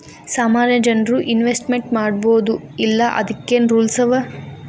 ಸಾಮಾನ್ಯ ಜನ್ರು ಇನ್ವೆಸ್ಟ್ಮೆಂಟ್ ಮಾಡ್ಬೊದೋ ಇಲ್ಲಾ ಅದಕ್ಕೇನ್ ರೂಲ್ಸವ?